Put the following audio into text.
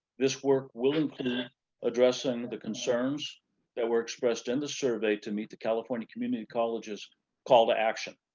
this work will include addressing the concerns that were expressed in the survey to meet the california community colleges call to action.